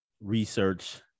research